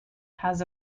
has